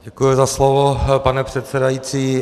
Děkuji za slovo, pane předsedající.